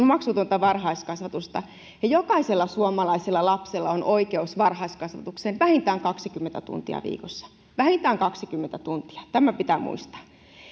maksutonta varhaiskasvatusta ja jokaisella suomalaisella lapsella on oikeus varhaiskasvatukseen vähintään kaksikymmentä tuntia viikossa vähintään kaksikymmentä tuntia tämä pitää muistaa